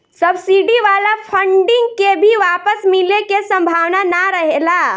subsidy वाला funding के भी वापस मिले के सम्भावना ना रहेला